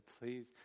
Please